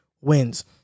wins